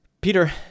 Peter